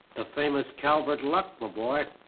the famous calvert luck, my boy.